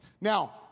now